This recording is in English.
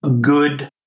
good